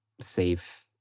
safe